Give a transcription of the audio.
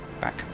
back